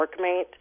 workmate